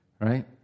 Right